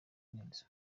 neza